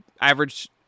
average